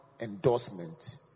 endorsement